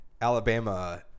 Alabama